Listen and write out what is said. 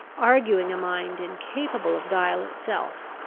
arguing a mind incapable of guile itself,